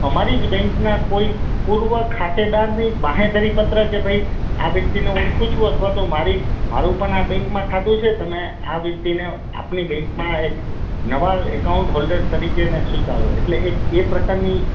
અમારી જ બેંકના કોઈ પૂર્વ ખાતેદારની બાહેંધરી પત્ર કે ભાઈ આ વ્યક્તિને હું ઓળખું છું અથવા તો મારી મારું પણ આ બેંકમાં ખાતું છે તમે આ વ્યક્તિને આપની બેંકમાં એક નવા એકાઉન્ટ હોલ્ડર તરીકે ને સ્વીકારો એટલે એ એ પ્રકારની